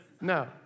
No